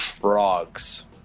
frogs